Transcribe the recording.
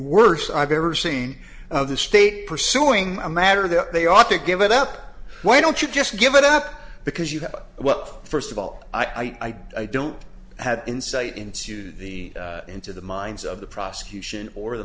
worst i've ever seen of the state pursuing a matter that they ought to give it up why don't you just give it up because you have well first of all i don't have insight into the into the minds of the prosecution or the